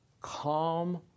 Calm